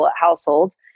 households